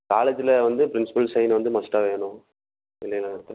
காலேஜில் வந்து principal sign வந்து மஸ்ட்டாக வேணும் இல்லையா